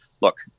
Look